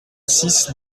six